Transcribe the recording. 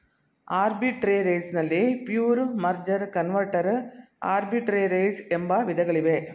arbitrage ನಲ್ಲಿ pure, merger, converter arbitrage ಎಂಬ ವಿಧಗಳಿವೆ